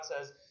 says